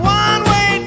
one-way